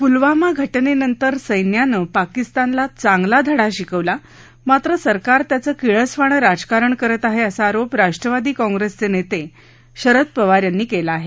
प्लावामा घटनेनंतर सैन्याने पाकिस्तानला चांगला धडा शिकवला मात्र सरकार त्याचं किळसवाणं राजकारण करीत आहे असा आरोप राष्ट्रवादी काँग्रेसचे नेते शरद पवार यांनी केला आहे